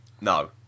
No